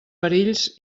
perills